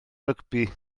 rygbi